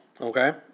Okay